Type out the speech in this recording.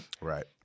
right